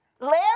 Larry